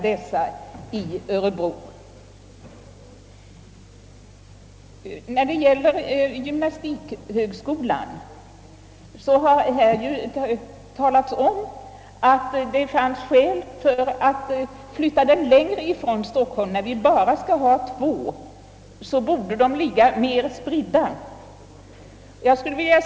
Det har i debatten här sagts att gymnastikhögskolan bör flyttas längre bort från Stockholm, där den andra: av de båda gymnastikhögskolorna nu är belägen. Det är angeläget att få en större spridning på denna utbildning.